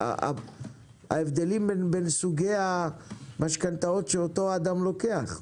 ההבדלים בין סוגי המשכנתאות שאותו אדם לוקח.